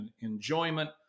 enjoyment